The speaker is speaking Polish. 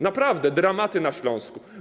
Naprawdę, dramaty na Śląsku.